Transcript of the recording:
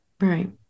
Right